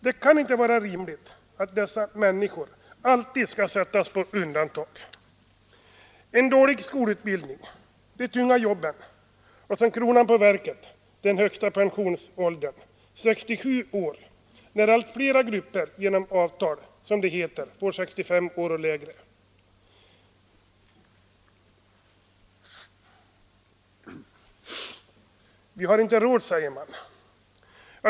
Det kan inte vara rimligt att dessa människor alltid skall sättas på undantag — en dålig skolutbildning, de tunga jobben och som kronan på verket den högsta pensionsåldern — 67 år, när allt fler grupper genom avtal, som det heter, får pension vid 65 år och lägre. Vi har inte råd, säger man.